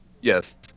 yes